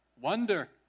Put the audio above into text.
Wonder